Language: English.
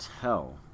tell